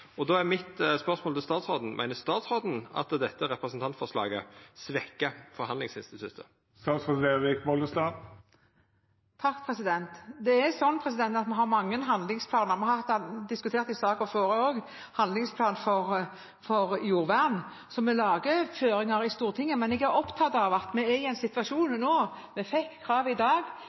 er spørsmålet mitt til statsråden: Meiner statsråden at dette representantforslaget svekkjer forhandlingsinstituttet? Det er sånn at vi har mange handlingsplaner, vi diskuterte det også i den førre saka, om handlingsplan for jordvern, så vi legg føringar for Stortinget. Men jeg er opptatt av at vi er i en situasjon nå – vi fikk kravet i dag